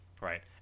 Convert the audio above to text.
Right